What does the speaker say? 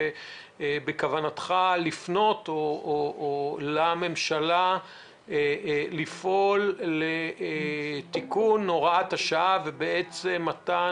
שבכוונתך לפנות לממשלה כדי לפעול לתיקון הוראת השעה ומתן